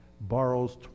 borrows